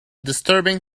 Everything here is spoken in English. disturbing